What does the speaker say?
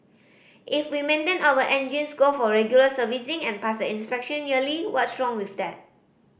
if we maintain our engines go for regular servicing and pass the inspection yearly what's wrong with that